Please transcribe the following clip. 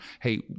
hey